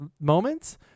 moments